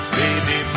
baby